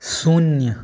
शून्य